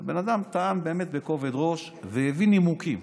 הבן אדם טען באמת בכובד ראש והביא נימוקים,